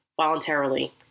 voluntarily